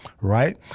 Right